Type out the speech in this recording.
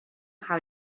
how